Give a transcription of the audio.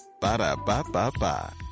Ba-da-ba-ba-ba